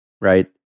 right